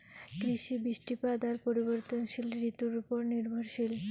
কৃষি, বৃষ্টিপাত আর পরিবর্তনশীল ঋতুর উপর নির্ভরশীল